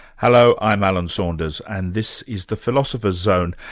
hello, i'm alan saunders and this is the philosopher's zone,